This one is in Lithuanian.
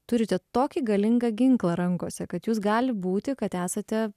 turite tokį galingą ginklą rankose kad jūs gali būti kad esate